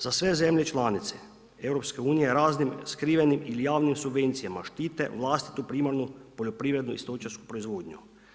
Za sve zemlje članice EU raznim skrivenim ili javnim subvencijama štite vlastitu primarnu poljoprivrednu i stočarsku proizvodnju.